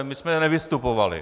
My jsme nevystupovali.